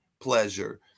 pleasure